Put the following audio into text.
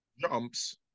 jumps